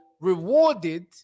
rewarded